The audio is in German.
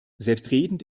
selbstredend